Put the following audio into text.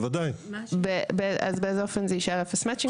אז באיזה אופן זה יישאר אפס מצ'ינג?